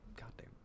Goddamn